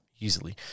easily